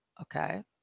okay